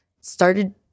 started